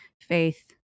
faith